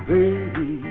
Baby